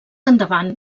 endavant